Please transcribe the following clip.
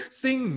sing